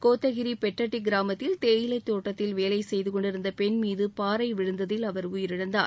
கோத்தகிரி பெட்டட்டி கிராமத்தில் தேயிலைத் தோட்டத்தில் வேலை செய்து கொண்டிருந்த பெண் மீது பாறை விழுந்ததில் அவர் உயிரிழந்தார்